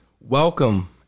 Welcome